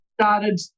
started